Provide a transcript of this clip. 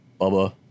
Bubba